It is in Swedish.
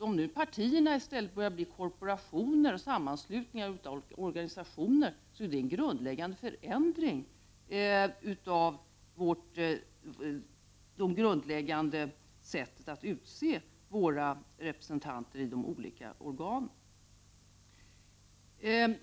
Om nu partierna i stället börjar bli korporationer och sammanslutningar av organisationer innebär det en grundläggande förändring av sättet att utse representanter i de olika organen.